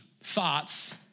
thoughts